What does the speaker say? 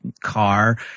car